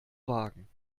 wagen